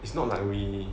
it's not like we